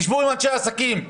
תשבו עם אנשי העסקים,